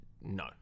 no